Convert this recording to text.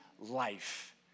life